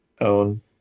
own